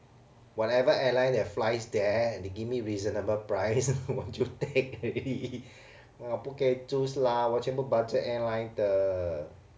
whatever airline that flies there and they give me reasonable price 我就 take already 我不可以 choose lah 我全部 budget airline 的